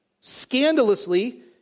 Scandalously